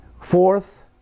Fourth